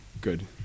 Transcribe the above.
good